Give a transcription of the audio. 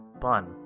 bun